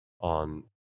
on